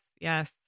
Yes